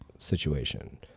situation